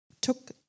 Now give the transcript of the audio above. took